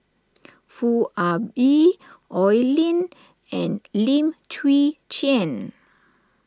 Foo Ah Bee Oi Lin and Lim Chwee Chian